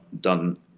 done